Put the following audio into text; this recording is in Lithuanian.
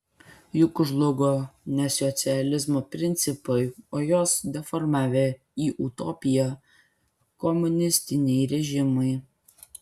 juk žlugo ne socializmo principai o juos deformavę į utopiją komunistiniai režimai